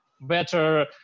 better